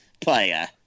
player